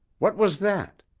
what was that?